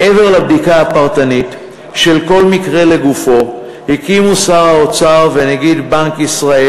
מעבר לבדיקה הפרטנית של כל מקרה לגופו הקימו שר האוצר ונגיד בנק ישראל,